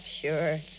Sure